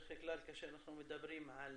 בדרך כלל כשאנחנו מדברים על